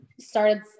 started